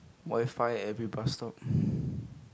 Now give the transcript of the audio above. modify every bus stop